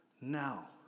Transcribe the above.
now